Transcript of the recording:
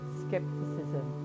skepticism